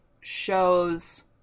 shows